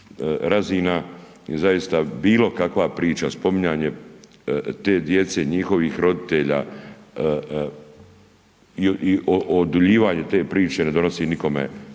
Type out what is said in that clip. razina i zaista bilo kakva priča, spominjanje te djece, njihovih roditelja i oduljivanje te priče ne donosi nikome